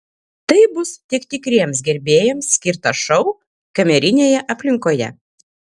tai bus tik tikriems gerbėjams skirtas šou kamerinėje aplinkoje